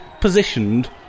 positioned